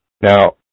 Now